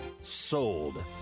sold